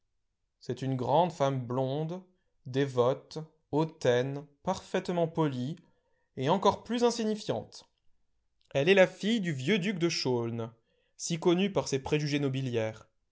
c'est une grande femme blonde dévote hautaine parfaitement polie et encore plus insignifiante elle est fille du vieux duc de chaulnes si connu par ses préjugés